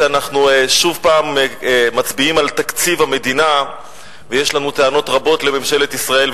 שאנחנו שוב מצביעים על תקציב המדינה ויש לנו טענות רבות לממשלת ישראל,